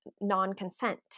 non-consent